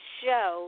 show